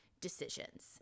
decisions